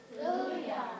Hallelujah